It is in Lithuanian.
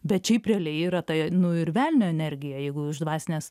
bet šiaip realiai yra tai nu ir velnio energija jeigu iš dvasinės